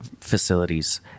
facilities